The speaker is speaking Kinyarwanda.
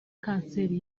kanseri